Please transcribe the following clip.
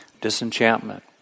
disenchantment